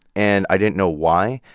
and i didn't know why.